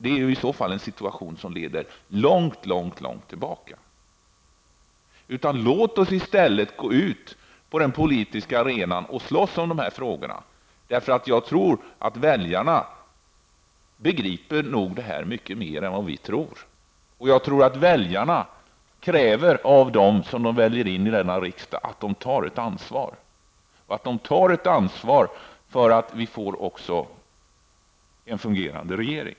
En sådan situation skulle föra oss långt tillbaka i tiden. Låt oss i stället gå ut på den politiska arenan och slåss för våra åsikter. Väljarna begriper nog mycket mer än vad vi tror att de gör. Jag tror att väljarna kräver att de som väljs in i denna riksdag tar ett ansvar för att vi skall få en fungerande regering.